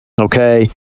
Okay